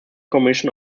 commission